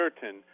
certain